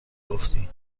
گفتی